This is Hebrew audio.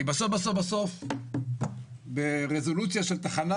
כי בסוף ברזולוציה של תחנה,